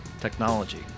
technology